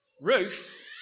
Ruth